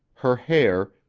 her hair,